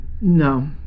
no